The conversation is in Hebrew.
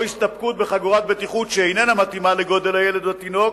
או מסתפקים בחגורת בטיחות שאיננה מתאימה לגודל הילד או התינוק,